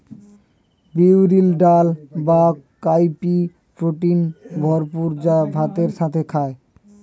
বিউলির ডাল বা কাউপি প্রোটিনে ভরপুর যা ভাতের সাথে খায়